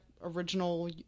original